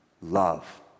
love